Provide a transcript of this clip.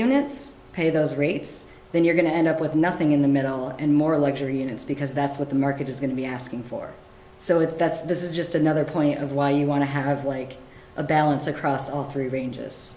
units pay those rates then you're going to end up with nothing in the middle and more lecturing it's because that's what the market is going to be asking for so if that's this is just another point of why you want to have like a balance across all three ranges